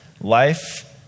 life